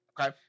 Okay